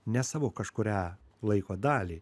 ne savo kažkurią laiko dalį